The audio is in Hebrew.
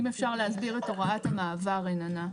אם אפשר להסביר את הוראת המעבר, רננה.